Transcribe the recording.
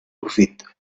profit